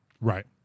Right